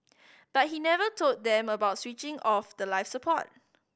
but he never told them about switching off the life support